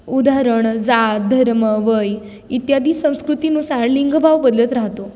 उदाहरण जात धर्म वय इत्यादी संस्कृतीनुसार लिंगभाव बदलत राहतो